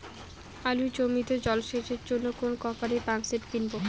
আলুর জমিতে জল সেচের জন্য কোন কোম্পানির পাম্পসেট কিনব?